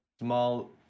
small